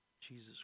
Jesus